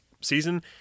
season